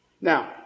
Now